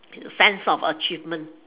sense of achievement